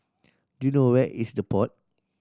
do you know where is The Pod